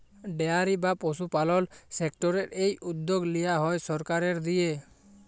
dairy বা পশুপালল সেক্টরের এই উদ্যগ লিয়া হ্যয় সরকারের দিঁয়ে